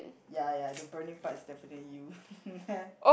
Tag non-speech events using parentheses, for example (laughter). ya ya the burning part is definitely you (laughs)